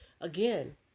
Again